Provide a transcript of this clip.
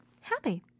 happy